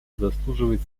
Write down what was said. заслуживает